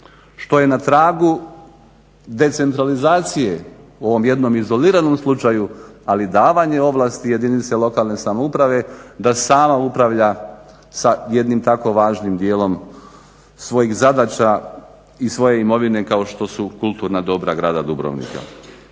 što je na tragu decentralizacije u ovom jednom izoliranom slučaju ali davanje ovlasti jedinice lokalne samouprave da sama upravlja sa jednim tako važnim djelom svojih zadaća i svoje imovine kao što su kulturna dobra grada Dubrovnika.